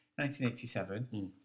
1987